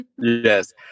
Yes